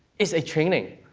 it's a training,